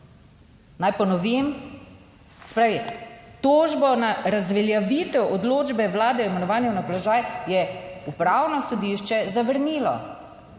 Naj ponovim, se pravi, tožbo na razveljavitev odločbe Vlade o imenovanju na položaj je Upravno sodišče zavrnilo.